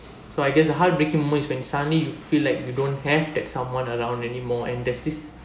so I guess the heartbreaking moments when suddenly you feel like you don't have that someone around anymore and there's this